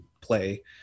play